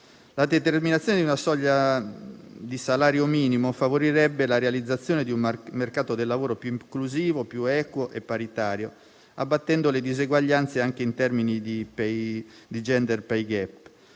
La determinazione di una soglia di salario minimo favorirebbe la realizzazione di un mercato del lavoro più inclusivo, più equo e paritario, abbattendo le diseguaglianze anche in termini di *gender pay gap*.